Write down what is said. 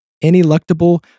ineluctable